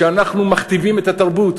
שאנחנו מכתיבים את התרבות,